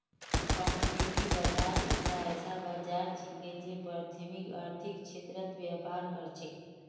commodity बाजार एकता ऐसा बाजार छिके जे प्राथमिक आर्थिक क्षेत्रत व्यापार कर छेक